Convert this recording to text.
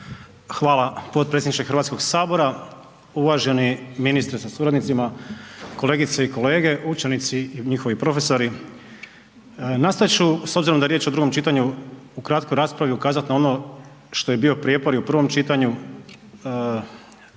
Hvala potpredsjedniče Hrvatskoga sabora, uvaženi ministre sa suradnicima, kolegice i kolege, učenici i njihovi profesori. Nastojati ću s obzirom da je riječ o drugom čitanju u kratkoj raspravi ukazati na ono što je bio prijepor i u prvom čitanju,